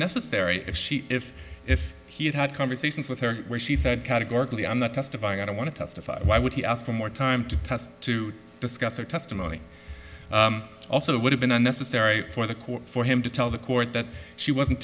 unnecessary if she if if he had had conversations with her where she said categorically i'm not testifying i want to testify why would he ask for more time to test to discuss her testimony also would have been unnecessary for the court for him to tell the court that she wasn't